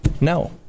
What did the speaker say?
No